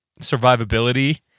survivability